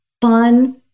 fun